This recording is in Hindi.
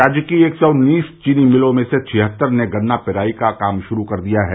राज्य की एक सौ उन्नीस चीनी मिलों में से छिहत्तर ने गन्ना पेराई का काम शुरू कर दिया है